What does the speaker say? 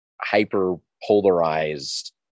hyper-polarized